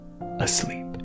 asleep